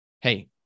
hey